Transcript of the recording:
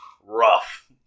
Rough